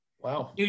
wow